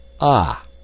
Ah